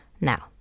Now